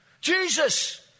Jesus